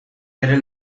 bere